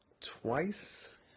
twice